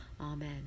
Amen